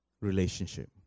relationship